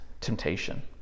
temptation